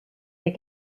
des